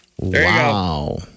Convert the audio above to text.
Wow